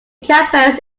campus